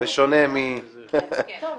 יועברו לוועדת הכנסת --- לא,